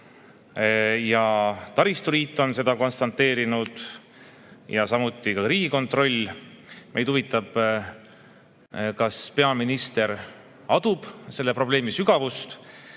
Taristuliit on seda konstateerinud, samuti Riigikontroll. Meid huvitab, kas peaminister adub selle probleemi sügavust